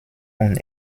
und